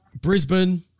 Brisbane